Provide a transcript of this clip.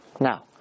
Now